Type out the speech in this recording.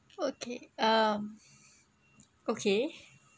okay um okay